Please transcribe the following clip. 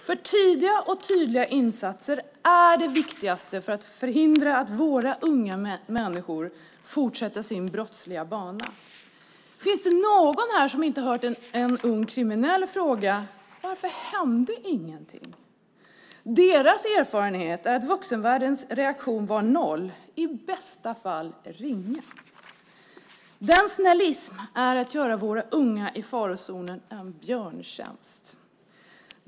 För tidiga och tydliga insatser är det viktigaste att förhindra att våra unga människor fortsätter sin brottsliga bana. Finns det någon här som inte hört en ung kriminell fråga: Varför hände ingenting? De ungas erfarenhet är att vuxenvärldens reaktion var noll, i bästa fall ringa. Den "snällismen" är att göra våra unga i farozonen en björntjänst.